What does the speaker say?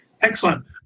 Excellent